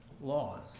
laws